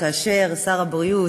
כאשר שר הבריאות,